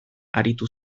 aritu